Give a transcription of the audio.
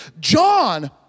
John